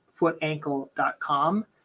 FootAnkle.com